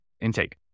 intake